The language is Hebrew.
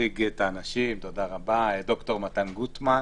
נציג את האנשים: אני ד"ר מתן גוטמן,